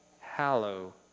hallow